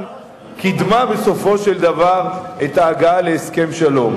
קידמה בסופו של דבר את ההגעה להסכם שלום.